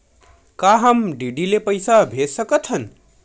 का हम डी.डी ले पईसा भेज सकत हन?